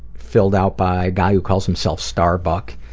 filled out by a guy who calls himself starbuck.